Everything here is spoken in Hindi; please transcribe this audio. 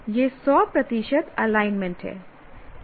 यह 100 प्रतिशत एलाइनमेंट है